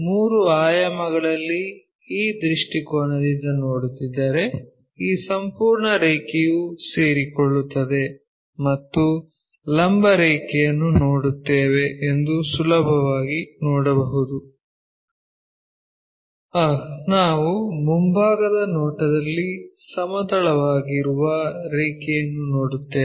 ಮೂರು ಆಯಾಮಗಳಲ್ಲಿ ಈ ದೃಷ್ಟಿಕೋನದಿಂದ ನೋಡುತ್ತಿದ್ದರೆ ಈ ಸಂಪೂರ್ಣ ರೇಖೆಯು ಸೇರಿಕೊಳ್ಳುತ್ತದೆ ಮತ್ತು ಲಂಬ ರೇಖೆಯನ್ನು ನೋಡುತ್ತೇವೆ ಎಂದು ಸುಲಭವಾಗಿ ನೋಡಬಹುದು ಆಹ್ ನಾವು ಮುಂಭಾಗದ ನೋಟದಲ್ಲಿ ಸಮತಲವಾಗಿರುವ ರೇಖೆಯನ್ನು ನೋಡುತ್ತೇವೆ